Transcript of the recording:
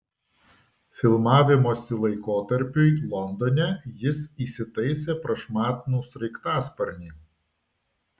filmavimosi laikotarpiui londone jis įsitaisė prašmatnų sraigtasparnį